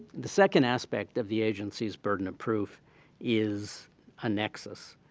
the second aspect of the agency's burden of proof is a nexus.